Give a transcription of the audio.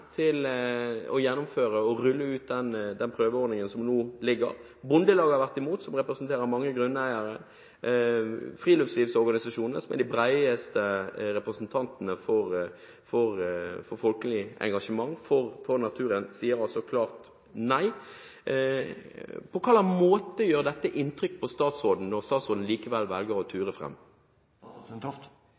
har vært imot. Friluftslivsorganisasjonene, som er de bredeste representantene for folkelig engasjement for naturen, sier også klart nei. På hvilken måte gjør dette inntrykk på statsråden, når statsråden likevel velger å ture